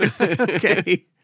Okay